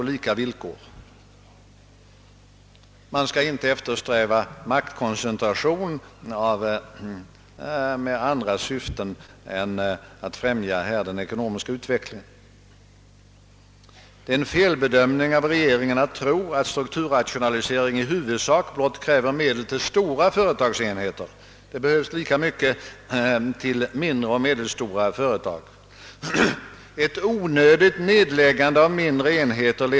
I vilket fall som helst önskar vi inte något monopol. Om en bank inrättas trots otillräckliga utredningar, är väl inget naturligare än att det kan bli tal om en modifiering längre fram. Att man modifierar en sak innebär dock inte detsamma som att den upphör att existera.